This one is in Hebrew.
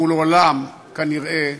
והוא לעולם, כנראה,